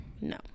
No